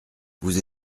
vous